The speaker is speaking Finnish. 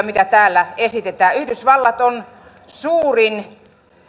mitä täällä esitetään ovat aivan oikeutettuja yhdysvallat on suurin